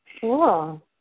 Cool